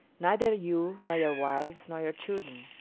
neither you nor your wives nor your children.